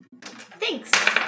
Thanks